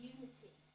Unity